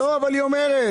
לא, אבל היא אומרת.